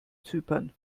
zypern